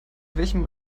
welchem